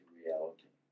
reality